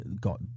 got